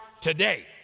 today